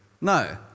No